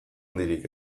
handirik